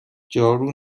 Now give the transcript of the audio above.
جارو